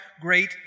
great